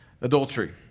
adultery